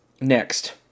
next